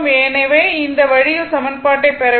எனவே இந்த வழியில் சமன்பாட்டைப் பெற வேண்டும்